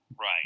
right